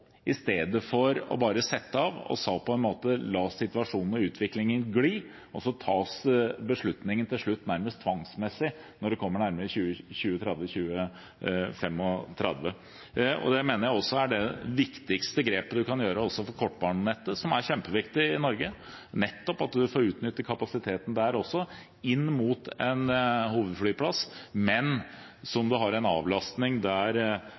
i stedet for bare å sette av og på en måte la situasjonen og utviklingen gli, og ta beslutningen til slutt, nærmest tvangsmessig, når en kommer nærmere 2030–2035. Jeg mener at dette er det viktigste grepet en kan gjøre også for kortbanenettet, som er kjempeviktig i Norge, nettopp at en får utnyttet kapasiteten der også inn mot en hovedflyplass, men at en har en avlastning der